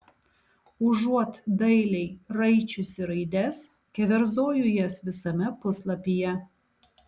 užuot dailiai raičiusi raides keverzoju jas visame puslapyje